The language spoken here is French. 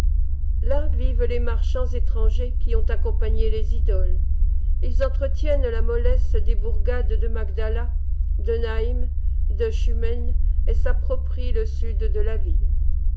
là vivent les marchands étrangers qui ont accompagné les idoles ils entretiennent la mollesse des bourgades de magdala de naïm de schumën et s'approprient le sud de la ville